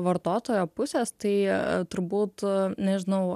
vartotojo pusės tai turbūt nežinau